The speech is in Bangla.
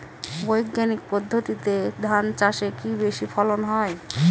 বৈজ্ঞানিক পদ্ধতিতে ধান চাষে কি বেশী ফলন হয়?